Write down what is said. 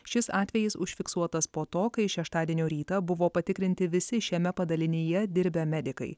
šis atvejis užfiksuotas po to kai šeštadienio rytą buvo patikrinti visi šiame padalinyje dirbę medikai